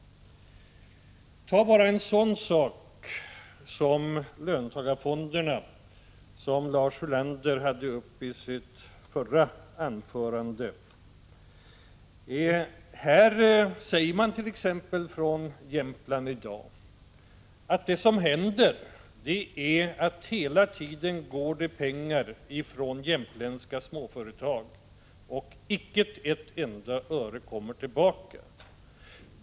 Tag bara en sådan sak som löntagarfonderna, som Lars Ulander tog upp i sitt förra anförande. T. ex. från Jämtland säger man i dag att det som händer är att det hela tiden går pengar från jämtländska småföretag till löntagarfonderna och icke ett enda öre kommer tillbaka.